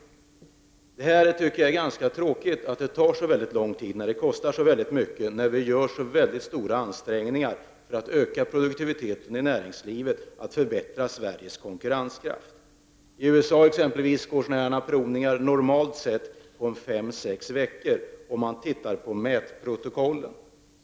Jag tycker att det är ganska tråkigt att det tar så väldigt lång tid och kostar så mycket när det görs stora ansträngningar för att öka produktiviteten i näringslivet och förbättra Sveriges konkurrenskraft. I exempelvis USA tar sådana här provningar normalt sett fem å sex veckor innan man ser mätprotokollen.